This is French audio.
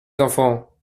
enfants